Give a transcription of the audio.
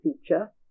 feature